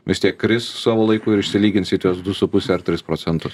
vis tiek kris savo laiku ir išsilygins į tuos du su puse ar tris procentus